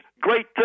great